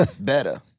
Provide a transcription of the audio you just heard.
Better